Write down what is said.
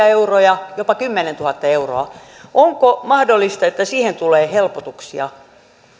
euroja jopa kymmenentuhatta euroa onko mahdollista että siihen tulee helpotuksia